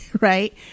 right